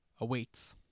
awaits